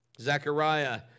Zechariah